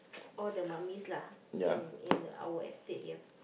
all the mummies lah in in our estate here